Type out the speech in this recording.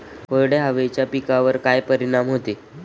कोरड्या हवेचा पिकावर काय परिणाम होतो?